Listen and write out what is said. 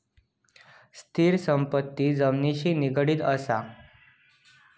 स्थिर संपत्ती जमिनिशी निगडीत असा